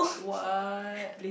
what